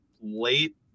late